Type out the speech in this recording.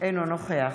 אינו נוכח